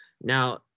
Now